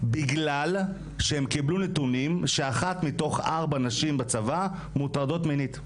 בגלל שהם קיבלו נתונים שאחת מתוך ארבע נשים בצבא מוטרדות מינית.